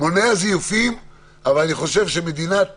אני חושב שמדינת